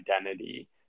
identity